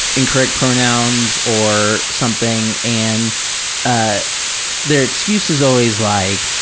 incorrect pronouns or something, and ah their excuse is always like,